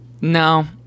no